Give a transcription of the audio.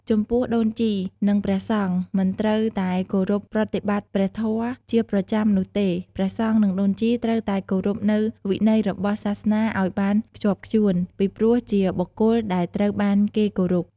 ចំពោះដូនជីនិងព្រះសង្ឃមិនត្រូវតែគោរពប្រតិបតិ្តព្រះធម៌ជាប្រចាំនោះទេ ព្រះសង្ឍនិងដូនជីត្រូវតែគោរពនូវវិន័យរបស់សាសនាអោយបានខ្ជាប់ខ្ជួន ពីព្រោះជាបុគ្គលដែលត្រូវបានគេគោរព។